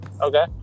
Okay